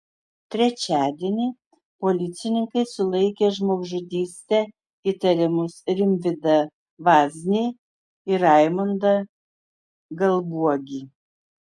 trečiadienį policininkai sulaikė žmogžudyste įtariamus rimvydą vaznį ir raimondą galbuogį